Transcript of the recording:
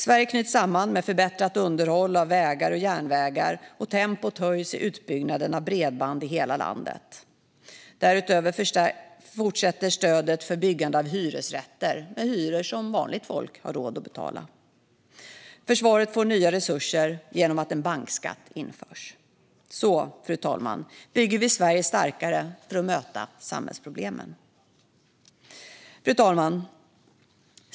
Sverige knyts samman med förbättrat underhåll av vägar och järnvägar, och tempot höjs i utbyggnaden av bredband i hela landet. Därutöver fortsätter stödet för byggande av hyresrätter, med hyror som vanligt folk har råd att betala. Försvaret får nya resurser genom att en bankskatt införs. Så, fru talman, bygger vi Sverige starkare för att möta samhällsproblemen. Fru talman!